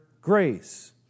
grace